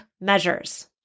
measures